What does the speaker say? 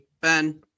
Ben